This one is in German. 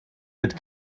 mit